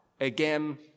again